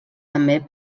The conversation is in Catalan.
també